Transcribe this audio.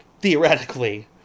theoretically